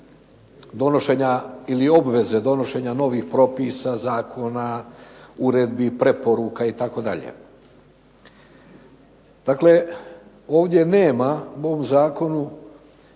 donošenja ili obveze donošenja novih propisa, zakona, uredbi, preporuka itd. Dakle, ovdje nema u ovom zakonu